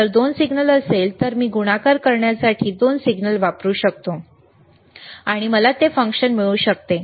जर 2 सिग्नल असतील तर मी गुणाकार करण्यासाठी 2 सिग्नल वापरू शकतो आणि मला ते फंक्शन मिळू शकते